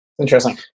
Interesting